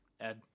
Ed